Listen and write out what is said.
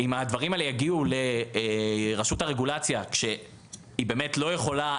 אם הדברים האלה יגיעו לרשות הרגולציה כשהיא באמת לא יכולה,